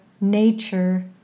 nature